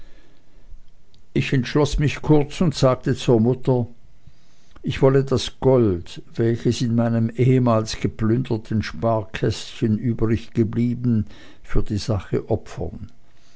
ich entschloß mich kurz und sagte zur mutter ich wolle das gold welches in meinem ehemals geplünderten sparkästchen übriggeblieben für die sache opfern